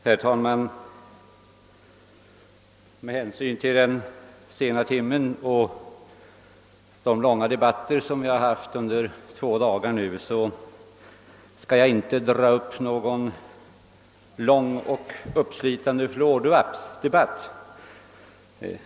Herr talman! Med hänsyn till den sena timmen och de långa diskussioner som vi haft under två dagar skall jag inte dra upp någon lång och uppslitande fluordebatt.